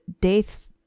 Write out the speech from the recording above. death